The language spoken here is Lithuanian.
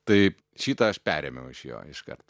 tai šitą aš perėmiau iš jo iškart